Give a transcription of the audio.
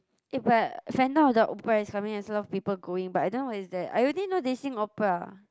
eh but Phantom of the Opera is something that's a lot of people going but I don't know what is that I only know they sing opera